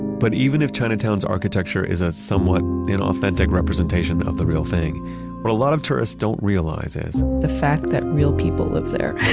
but even if chinatown's architecture is a somewhat inauthentic representation of the real thing what a lot of tourists don't realize is, the fact that real people live there,